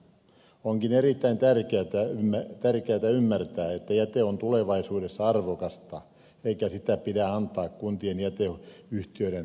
onkin erittäin tärkeätä ymmärtää että jäte on tulevaisuudessa arvokasta eikä sitä pidä antaa kuntien jäteyhtiöiden haltuun